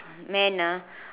man ah